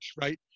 right